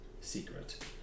secret